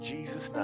Jesus